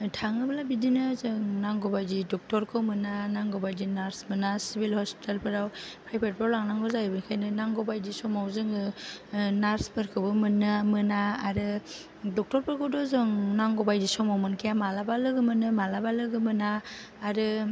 थाङोब्ला बिदिनो जों नांगौबायदि डक्टरखौ मोना नांगौबायदि नार्स मोना सिभिल हसपितालफोराव खैफोदफ्राव लांनांगौ जायो बेखयानो नांगौ बायदि समाव जोङो नार्सफोरखौबो मोना आरो डक्टरफोरखौथ' जों नांगौ बायदि समाव मोनखाया मालाबा लोगो मोनो मालाबा लोगो मोना आरो